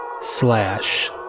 slash